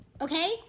Okay